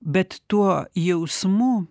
bet tuo jausmu